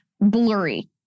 blurry